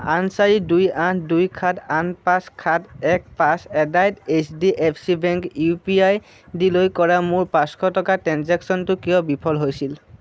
আঠ চাৰি দুই আঠ দুই সাত আঠ পাঁচ সাত এক পাঁচ at the rate H D F C U P I ডিলৈ কৰা মোৰ পাঁচশ টকাৰ ট্ৰেঞ্জেক্শ্য়নটো কিয় বিফল হৈছিল